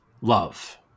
love